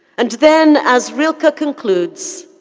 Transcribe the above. and then as rilke concludes,